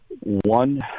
One